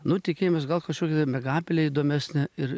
nu tikimės gal kažkokia tai miegapelė įdomesnė ir